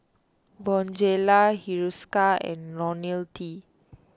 Bonjela Hiruscar and Ionil T